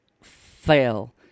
fail